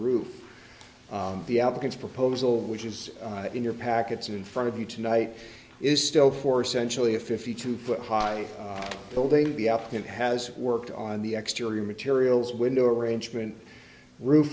roof the applicant's proposal which is in your packets in front of you tonight is still four sensually a fifty two foot high building the output has worked on the extreme materials window arrangement roo